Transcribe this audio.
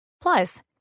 Plus